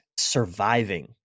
surviving